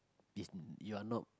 is you are not